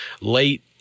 late